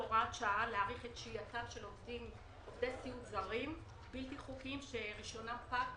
להאריך את שהייתם של עובדי סיעוד זרים שרישיונם פג.